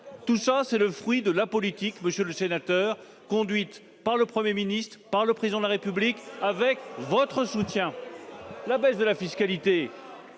sénateur, c'est le fruit de la politique conduite par le Premier ministre, par le Président de la République, avec votre soutien. La baisse de la fiscalité